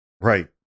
Right